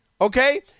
Okay